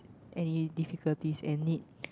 any difficulties and need